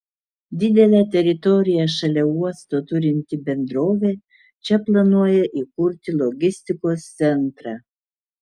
didelę teritoriją šalia uosto turinti bendrovė čia planuoja įkurti logistikos centrą